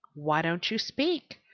why don't you speak?